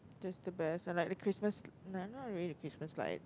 that's the best I like the Christmas li~ not really the Christmas lights